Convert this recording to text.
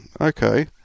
Okay